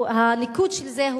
או הניקוד של זה,